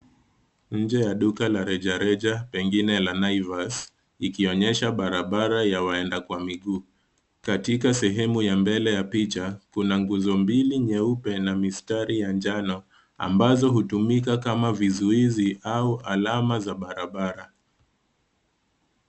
Nje ya duka la reja reja pengine la naivas. ikionyesha barabara ya waenda kwa miguu Katika sehemu ya mbele , ya picha ,kuna nguzo mbili nyeupe na mistari ya njano ambazo hutumika kama vuzuizi au alama za barabara.